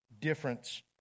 difference